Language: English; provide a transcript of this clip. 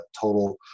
total